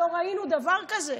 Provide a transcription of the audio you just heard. לא ראינו דבר כזה,